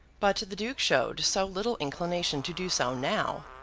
but the duke showed so little inclination to do so now,